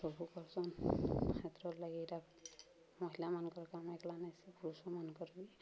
ସବୁ କର୍ସନ୍ ହାତର୍ ଲାଗି ଏଇଟା ମହିଲାମାନଙ୍କର କାମ ହେଇଗଲା ନାଇସି ପୁରୁଷମାନଙ୍କର ବି